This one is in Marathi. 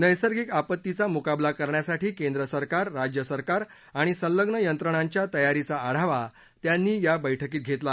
नैसर्गिक आपत्तीचा मुकाबला करण्यासाठी केंद्रसरकार राज्यसरकार आणि संलग्न यंत्रणांच्या तयारीचा आढावा त्यांनी या बैठकीत घेतला